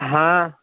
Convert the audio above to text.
ہاں